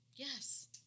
Yes